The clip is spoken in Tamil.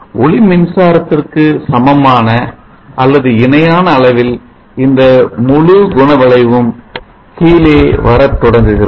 ஒளி மின்சாரத்திற்கு சமான அல்லது இணையான அளவில் இந்த முழு குண வளைவும் கீழே வரத் தொடங்குகிறது